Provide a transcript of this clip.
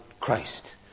Christ